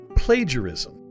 plagiarism